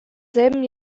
selben